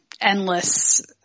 endless